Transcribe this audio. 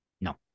No